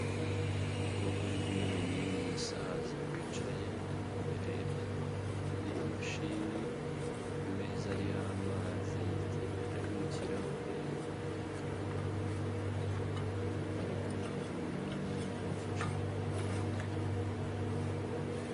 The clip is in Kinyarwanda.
Umukobwa uri guha ibinini umusaza wicaye imbere y'imashini ku meza ariho amazi ari mu kirahure, igitabo, ari kumuha ibinini amufashe ku rutugu.